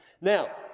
Now